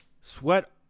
Sweat